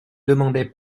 demandait